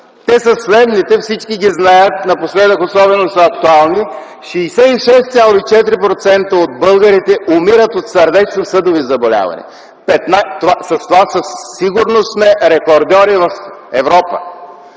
те са следните – всички ги знаят, напоследък особено са актуални: - 66,4% от българите умират от сърдечно-съдови заболявания. По това със сигурност сме рекордьори в Европа,